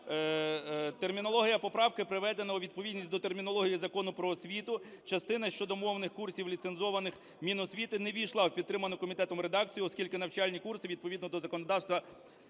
Термінологія поправки приведена у відповідність до термінології Закону "Про освіту". Частина щодо мовних курсів, ліцензованих Міносвіти, не ввійшла в підтриману комітетом редакцію, оскільки навчальні курси, відповідно до законодавства,